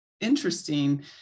interesting